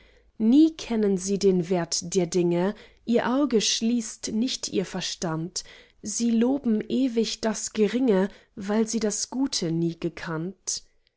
nie kennen sie den wert der dinge ihr auge schließt nicht ihr verstand sie loben ewig das geringe weil sie das gute nie gekannt